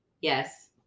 Yes